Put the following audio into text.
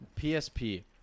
PSP